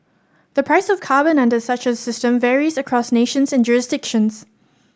the price of carbon under such a system varies across nations and jurisdictions